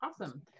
awesome